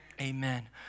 amen